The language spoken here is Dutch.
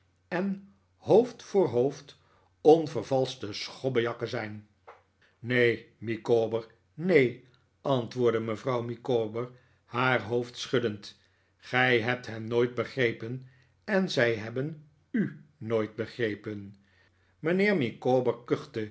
en hoofd voor hoofd onvervalschte schobbejakken zijn neen micawber neen antwoordde mevrouw micawber haar hoofd schuddend gij hebt hen nooit begrepen en zij hebben u nooit begrepen mijnheer